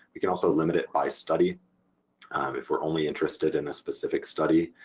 we can also limit it by study if we're only interested in a specific study.